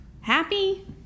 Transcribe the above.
happy